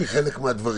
כלכלית.